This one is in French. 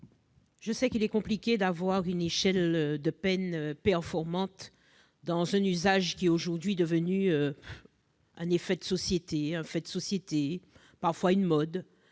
Je sais qu'il est compliqué d'avoir une échelle de peines performante pour un usage qui est aujourd'hui devenu un effet de société, un fait de